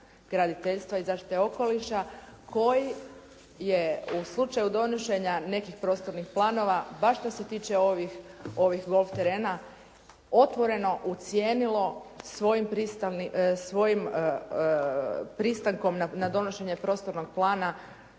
graditeljstva i zaštite okoliša koji je u slučaju donošenja nekih prostornih planova baš što se tiče ovih golf terena otvoreno ucijenilo svojim pristankom na donošenje prostornog plana